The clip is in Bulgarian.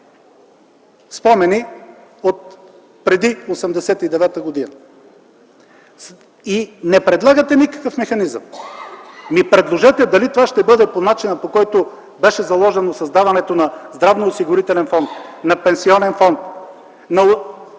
спомени отпреди 1989 г. Не предлагате никакъв механизъм. Предложете – дали това ще бъде по начина, по който беше заложено създаването на здравноосигурителен фонд, на пенсионен фонд, на